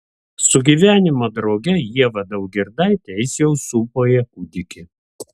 su gyvenimo drauge ieva daugirdaite jis jau sūpuoja kūdikį